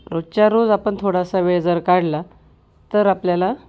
रोजच्या रोज आपण थोडासा वेळ जर काढला तर आपल्याला